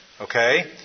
Okay